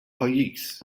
pajjiż